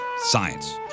Science